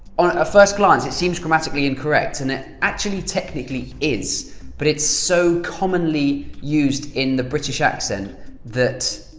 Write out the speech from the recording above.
on a first glance it seems grammatically incorrect, and it actually technically is but it's so commonly used in the british accent that.